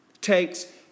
takes